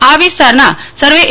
આ વિસ્તારના સર્વે એ